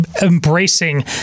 embracing